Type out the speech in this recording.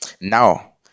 Now